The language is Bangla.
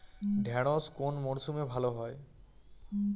ঢেঁড়শ কোন মরশুমে ভালো হয়?